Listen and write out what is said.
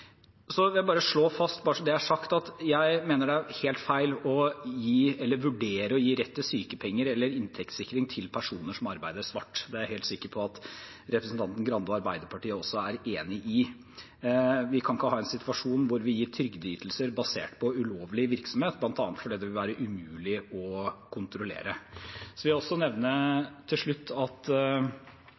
Så vil jeg bare slå fast – bare så det er sagt – at jeg mener det er helt feil å vurdere å gi rett til sykepenger eller inntektssikring til personer som arbeider svart. Det er jeg helt sikker på at representanten Grande og Arbeiderpartiet også er enig i. Vi kan ikke ha en situasjon hvor vi gir trygdeytelser basert på ulovlig virksomhet, bl.a. fordi det vil være umulig å kontrollere. Så vil jeg nevne til slutt at